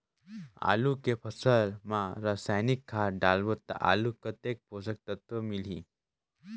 आलू के फसल मा रसायनिक खाद डालबो ता आलू कतेक पोषक तत्व मिलही?